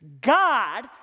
God